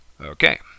okay